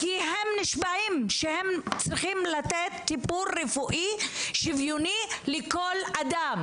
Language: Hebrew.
כי הם נשבעים שהם צריכים לתת טיפול רפואי שוויוני לכל אדם